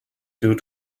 due